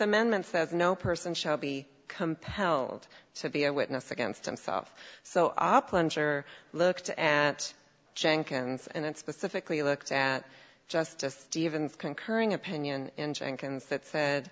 amendment says no person shall be compelled to be a witness against himself so oplan sure looked at jenkins and it specifically looked at justice stevens concurring opinion in jenkins that said